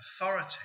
authority